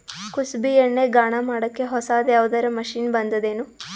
ಕುಸುಬಿ ಎಣ್ಣೆ ಗಾಣಾ ಮಾಡಕ್ಕೆ ಹೊಸಾದ ಯಾವುದರ ಮಷಿನ್ ಬಂದದೆನು?